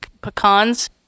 pecans